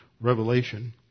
Revelation